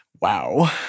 Wow